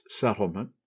Settlement